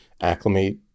acclimate